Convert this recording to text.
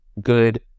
good